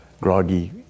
groggy